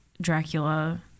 dracula